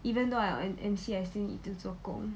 even though I'm on M_C I still need to 做工